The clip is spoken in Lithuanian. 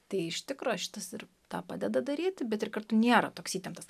tai iš tikro šitas ir tą padeda daryti bet kartu nėra toks įtemptas